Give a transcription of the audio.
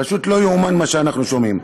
פשוט לא ייאמן מה שאנחנו שומעים.